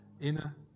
inner